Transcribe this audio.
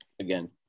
Again